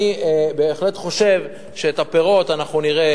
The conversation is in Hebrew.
אני בהחלט חושב שאת הפירות אנחנו נראה